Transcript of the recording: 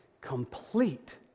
complete